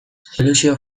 soluzio